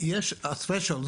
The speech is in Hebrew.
יש את ה- threshold,